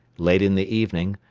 late in the evening,